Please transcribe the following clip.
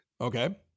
Okay